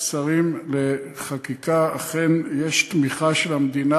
שרים לחקיקה אכן יש תמיכה של המדינה.